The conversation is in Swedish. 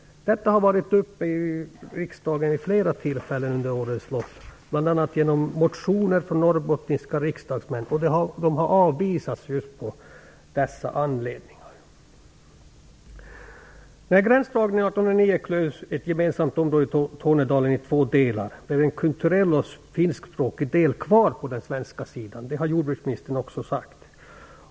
Detta har varit uppe i riksdagen vid flera tillfällen under årens lopp, bl.a. genom motioner från norrbottniska riksdagsmän. Dessa har avvisats just av de anledningarna. I och med gränsdragningen 1809 klövs ett gemensamt område i Tornedalen i två delar. En kulturellt och språkligt finsk del blev kvar på den svenska sidan; det har jordbruksministern också sagt.